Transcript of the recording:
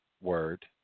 word